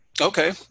Okay